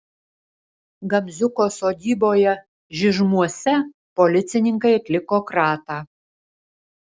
gamziuko sodyboje žižmuose policininkai atliko kratą